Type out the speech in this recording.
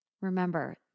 Remember